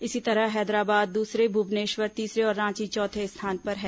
इसी तरह हैदराबाद दूसरे भुवनेश्वर तीसरे और रांची चौथे स्थान पर हैं